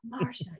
Marsha